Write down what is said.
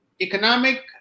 economic